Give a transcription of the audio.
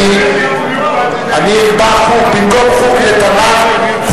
במקום חוג לתנ"ך,